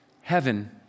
heaven